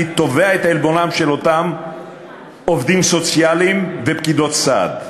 אני תובע את עלבונם של אותם עובדים סוציאליים ופקידות סעד.